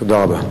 תודה רבה.